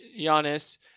Giannis